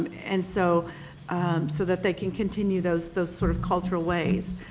and so so that they can continue those those sort of cultural ways.